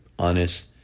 Honest